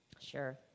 Sure